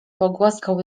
pogłaskał